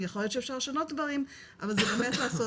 יכול להיות שאפשר לשנות דברים, אבל זה אומר לעשות